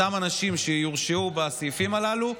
אותם אנשים שיורשעו בסעיפים הללו,